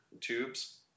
tubes